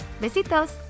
Besitos